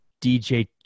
DJ